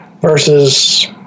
versus